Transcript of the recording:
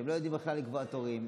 שלא יודעים בכלל לקבוע תורים,